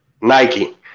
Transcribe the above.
Nike